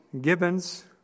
gibbons